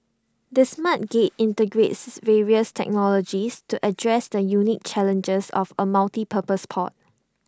the smart gate integrates various technologies to address the unique challenges of A multipurpose port